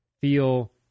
feel